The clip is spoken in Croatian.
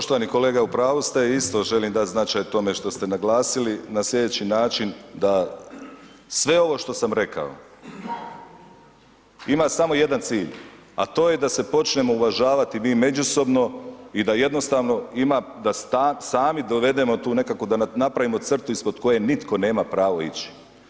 Poštovani kolega, u pravu ste, isto želim dat značaj tome što ste naglasili, na slijedeći način da sve ovo što sam rekao, ima samo jedan cilj a to je da se počnemo uvažavati mi međusobno i da jednostavno ima da sami dovedemo tu nekakvu da napravimo crtu ispod koje nitko nema pravo ići.